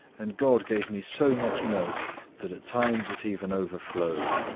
and god gave me so much milk that at times it even overflowed.